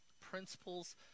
Principles